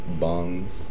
bongs